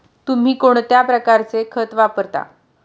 तुम्ही कोणत्या प्रकारचे खत वापरता?